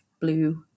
blue